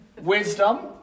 Wisdom